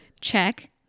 Check